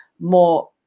more